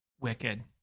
wicked